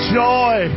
joy